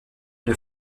une